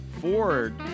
Ford